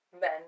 men